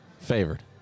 Favored